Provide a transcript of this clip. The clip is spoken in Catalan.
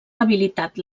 debilitat